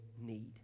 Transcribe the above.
need